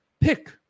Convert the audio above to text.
pick